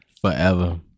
Forever